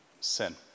sin